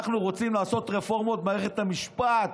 אנחנו רוצים לעשות רפורמות במערכת המשפט,